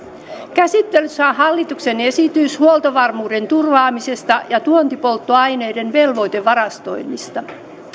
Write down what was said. käsittelyssä on hallituksen esitys huoltovarmuuden turvaamisesta ja tuontipolttoaineiden velvoitevarastoinnista